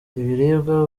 ibiribwa